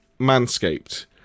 Manscaped